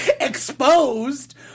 exposed